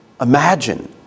imagine